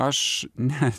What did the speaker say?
aš ne